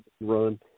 run